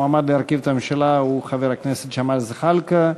המועמד להרכיב את הממשלה הוא חבר הכנסת ג'מאל זחאלקה,